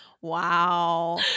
Wow